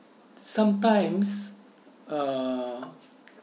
sometimes uh